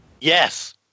Yes